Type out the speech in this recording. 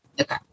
Okay